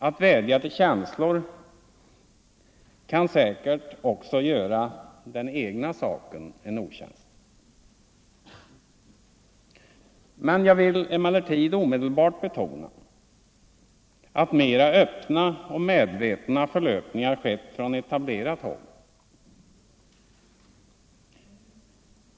Att vädja till känslor kan säkert också göra den egna saken en otjänst. Jag vill emellertid omedelbart betona att mera öppna och medvetna förlöpningar skett från etablerat håll.